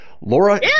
Laura